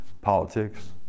politics